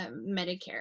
Medicare